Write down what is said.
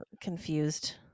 confused